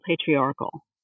patriarchal